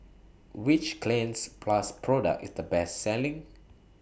Which Cleanz Plus Product IS The Best Selling